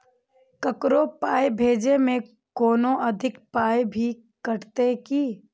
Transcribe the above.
ककरो पाय भेजै मे कोनो अधिक पाय भी कटतै की?